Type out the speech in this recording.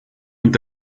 und